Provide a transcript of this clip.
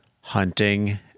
hunting